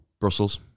Brussels